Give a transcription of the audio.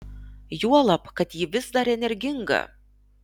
juolab kad ji vis dar energinga